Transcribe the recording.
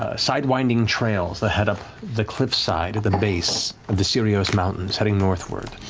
ah side-winding trails that head up the cliff side, at the base of the cyrios mountains, heading northward,